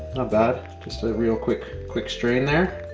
ah bad. just a real quick quick strain there.